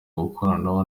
gukorana